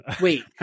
wait